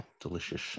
Delicious